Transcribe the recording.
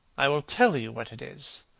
i will tell you what it is.